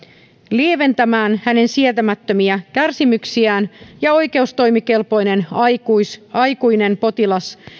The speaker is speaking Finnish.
lieventämään hänen sietämättömiä kärsimyksiään ja oikeustoimikelpoinen aikuinen aikuinen potilas